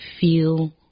feel